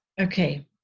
Okay